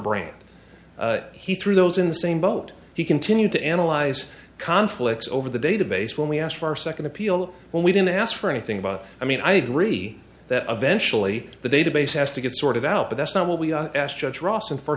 brain he threw those in the same boat he continued to analyze conflicts over the database when we asked for second appeal when we didn't ask for anything about i mean i agree that of eventually the database has to get sorted out but that's not what we asked judge